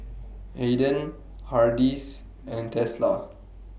Aden Hardy's and Tesla